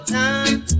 time